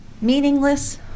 meaningless